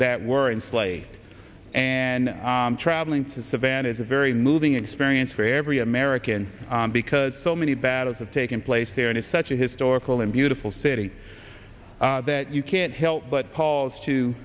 that were in sleigh and traveling to savannah it's a very moving experience for every american because so many battles have taken place there and it's such a historical and beautiful city that you can't help but cause to